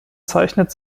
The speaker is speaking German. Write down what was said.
zeichnet